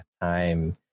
time